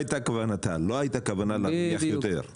בדבריי הצגתי את התמונה ואמרתי לך שתחבורה ציבורית יכולה,